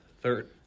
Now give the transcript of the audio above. Third